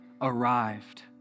arrived